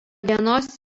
dienos